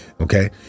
Okay